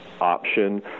option